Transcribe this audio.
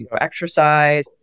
exercise